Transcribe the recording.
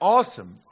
Awesome